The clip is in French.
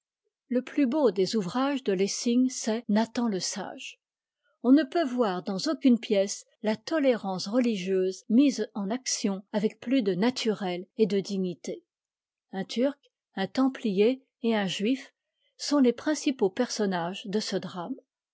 le plus beau des ouvrages de lessing c'est a ï t m sage on ne peut voir dans aucune pièce la tolérance religieuse mise en action avec plus de naturel et de dignités un turc un templier et un juif sont les principaux personnages de ce drame